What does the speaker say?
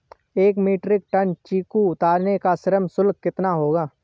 एक metric tonne चीकू उतारने का श्रम शुल्क कितना होगा?